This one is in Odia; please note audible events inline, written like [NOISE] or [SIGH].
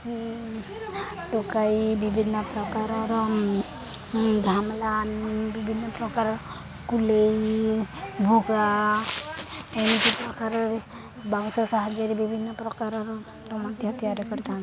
ଟୋକାଇ ବିଭିନ୍ନ ପ୍ରକାରର ଘାମଲ ବିଭିନ୍ନ ପ୍ରକାର କୁଲେଇ ଭୋଗା ଏମିତି ପ୍ରକାରରେ ବାଉଁଶ ସାହାଯ୍ୟରେ ବିଭିନ୍ନ ପ୍ରକାରର [UNINTELLIGIBLE] ମଧ୍ୟ ତିଆରି କରିଥାନ୍ତି